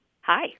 Hi